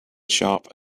sharp